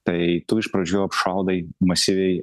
tai tu iš pradžių apšaudai masyviai